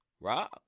Rob